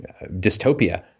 dystopia